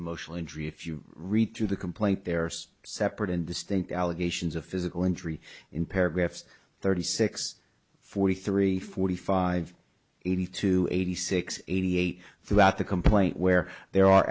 emotional injury if you read through the complaint there's separate and distinct allegations of physical injury in paragraphs thirty six forty three forty five eighty two eighty six eighty eight throughout the complaint where there are